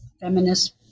feminist